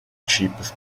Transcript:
cheapest